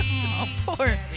Poor